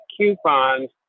coupons